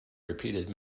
repeated